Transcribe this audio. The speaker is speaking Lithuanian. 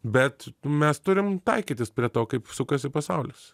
bet mes turim taikytis prie to kaip sukasi pasaulis